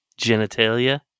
genitalia